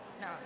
No